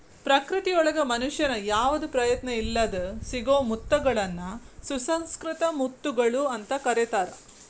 ಪ್ರಕೃತಿಯೊಳಗ ಮನುಷ್ಯನ ಯಾವದ ಪ್ರಯತ್ನ ಇಲ್ಲದ್ ಸಿಗೋ ಮುತ್ತಗಳನ್ನ ಸುಸಂಕೃತ ಮುತ್ತುಗಳು ಅಂತ ಕರೇತಾರ